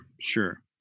Sure